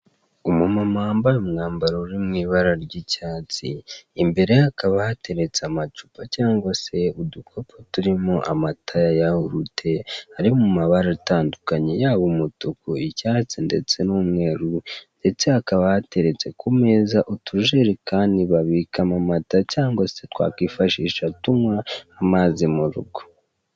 Umumama wambaye umwambaro uri mu ibara ry'icyatsi, imbere ye hakaba hateretse amacupa cyangwa se udukopo turimo amata ya yahurute, ari mu mabara atandukanye yaba umutuku, icyatsi ndetse n'umweru, ndetse hakaba hateretse ku meza utujerekani babikamo amata, cyangwa se twakwifashisha tunywa amazi mu rugo.